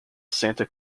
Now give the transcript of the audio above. santa